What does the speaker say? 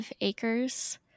acres